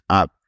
up